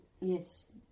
Yes